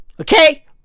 okay